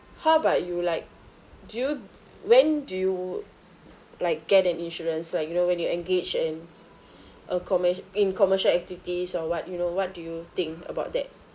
how about you like do you when do you like get an insurance like you know when you engage in a comme~ in commercial activities or what you know what do you think about that